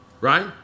right